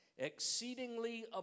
exceedingly